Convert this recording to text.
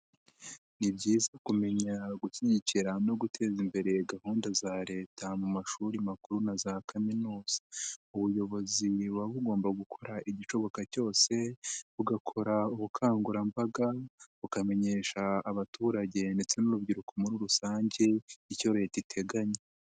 Ni byiza kumenya gushyigikira no guteza imbere gahunda za leta mu mashuri makuru na za kaminuza ubuyobozi buba bugomba gukora igishoboka cyose bugakora ubukangurambaga bukamenyesha abaturage ndetse n'urubyiruko muri rusange icyo leta iteganya.